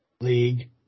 League